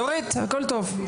דורית, הכול טוב.